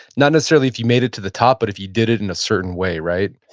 not necessarily if you made it to the top, but if you did it in a certain way, right?